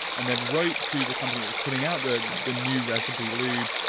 and then wrote to the company that was putting out the the new recipe lube,